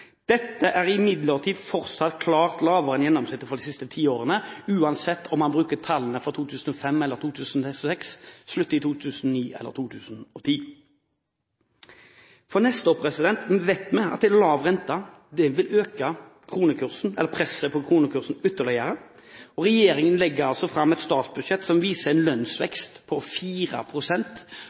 Dette er imidlertid fortsatt klart lavere enn gjennomsnittet for de siste 10 årene.» Uansett om man bruker tallene fra 2005 eller 2006, slutt i 2009 eller 2010. For neste år vet vi at en lav rente vil øke presset på kronekursen ytterligere. Regjeringen legger fram et statsbudsjett som viser en lønnsvekst på